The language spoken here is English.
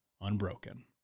unbroken